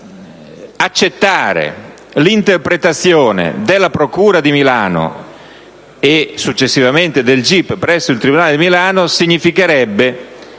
accettare l'interpretazione della Procura di Milano, e successivamente del GIP presso il tribunale di Milano, significherebbe